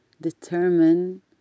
determine